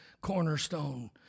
cornerstone